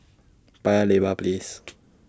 Paya Lebar Place